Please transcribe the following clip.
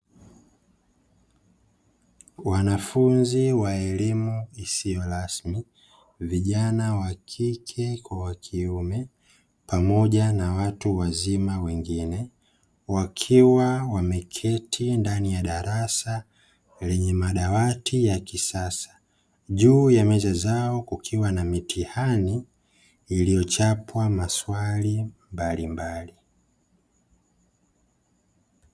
Wanafunzi wa elimu isiyo rasmi, vijana wa kike kwa wa kiume pamoja na watu wazima wengine wakiwa wameketi ndani ya darasa lenye madawati ya kisasa, juu ya meza zao kukiwa na mitihani iliyochapwa maswali mbalimbali.